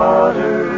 Water